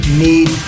need